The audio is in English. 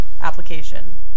application